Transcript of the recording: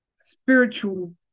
spiritual